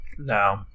No